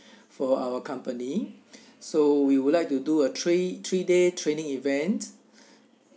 for our company so we would like to do a three three day training event